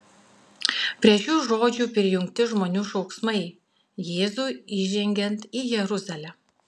prie šių žodžių prijungti žmonių šauksmai jėzui įžengiant į jeruzalę